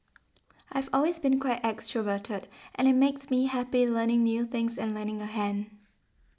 I've always been quite extroverted and it makes me happy learning new things and lending a hand